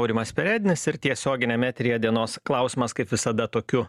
aurimas perednis ir tiesioginiam eteryje dienos klausimas kaip visada tokiu